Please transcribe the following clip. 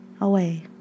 away